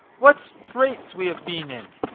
what straits we have been in!